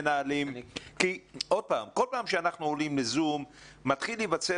כי עוד פעם כל פעם שאנחנו עולים בזום מתחיל להיווצר